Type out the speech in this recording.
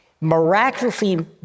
miraculously